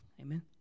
Amen